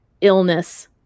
illness